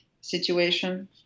situation